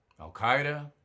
Al-Qaeda